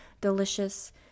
delicious